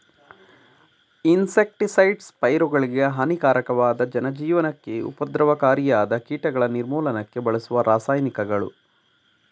insecticides ಪೈರುಗಳಿಗೆ ಹಾನಿಕಾರಕವಾದ ಜನಜೀವನಕ್ಕೆ ಉಪದ್ರವಕಾರಿಯಾದ ಕೀಟಗಳ ನಿರ್ಮೂಲನಕ್ಕೆ ಬಳಸುವ ರಾಸಾಯನಿಕಗಳು